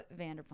Vanderpump